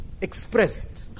expressed